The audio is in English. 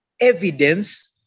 evidence